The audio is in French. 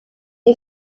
est